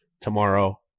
tomorrow